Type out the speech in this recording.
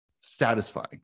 satisfying